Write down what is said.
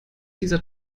dieser